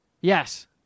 Yes